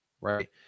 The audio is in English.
right